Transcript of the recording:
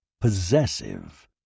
possessive